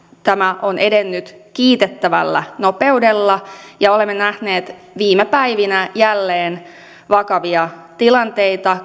tämä on edennyt kiitettävällä nopeudella olemme nähneet viime päivinä jälleen vakavia tilanteita